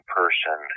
person